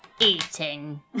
Eating